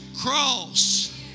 cross